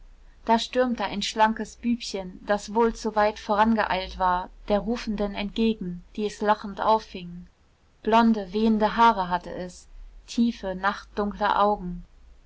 da stürmte ein schlankes bübchen das wohl zu weit vorangeeilt war der rufenden entgegen die es lachend auffing blonde wehende haare hatte es tiefe nachtdunkle augen